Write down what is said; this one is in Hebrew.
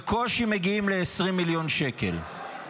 בקושי מגיעים ל-20 מיליון שקלים,